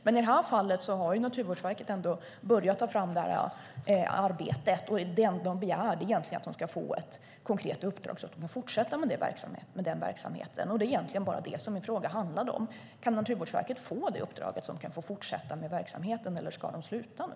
I det här fallet har Naturvårdsverket påbörjat arbetet. Det enda verket begär är att få ett konkret uppdrag så att det kan fortsätta med verksamheten. Det är egentligen bara det min fråga handlar om. Kan Naturvårdsverket få uppdraget så att det kan fortsätta med verksamheten eller ska det sluta nu?